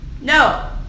no